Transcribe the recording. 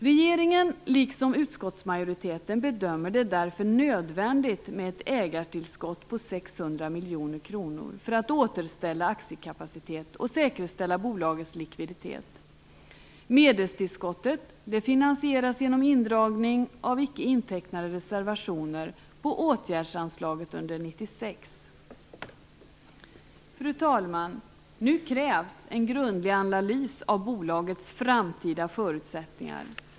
Regeringen, liksom utskottsmajoriteten, bedömer det därför nödvändigt med ett ägartillskott på 600 miljoner kronor för att återställa aktiekapacitet och säkerställa bolagets likviditet. Medelstillskottet finansieras genom indragning av icke intecknade reservationer på åtgärdsanslaget under 1996. Fru talman! Nu krävs en grundlig analys av bolagets framtida förutsättningar.